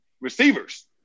receivers